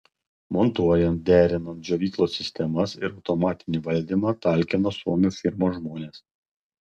montuojant derinant džiovyklos sistemas ir automatinį valdymą talkino suomių firmos žmonės